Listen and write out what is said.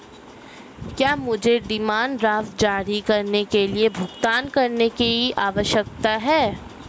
क्या मुझे demand draft जारी करने के लिए भुगतान करने की आवश्यकता है?